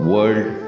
World